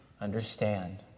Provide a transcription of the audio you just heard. understand